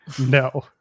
No